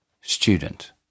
Student